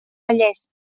vallès